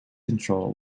control